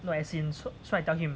no as in so so I tell him